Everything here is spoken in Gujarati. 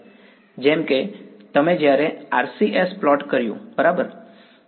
જેમ કે તમે જ્યારે RCS પ્લોટ કર્યું બરાબર